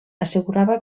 assegurava